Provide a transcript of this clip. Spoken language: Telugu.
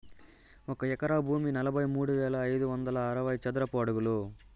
ఒక ఎకరా భూమి నలభై మూడు వేల ఐదు వందల అరవై చదరపు అడుగులు